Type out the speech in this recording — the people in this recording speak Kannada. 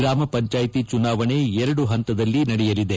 ಗ್ರಾಮ ಪಂಚಾಯಿತಿ ಚುನಾವಣೆ ಎರಡು ಹಂತದಲ್ಲಿ ನಡೆಯಲಿದೆ